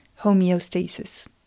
homeostasis